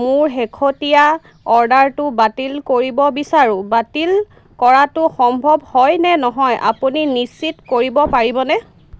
মোৰ শেহতীয়া অৰ্ডাৰটো বাতিল কৰিব বিচাৰোঁ বাতিল কৰাটো সম্ভৱ হয় নে নহয় আপুনি নিশ্চিত কৰিব পাৰিবনে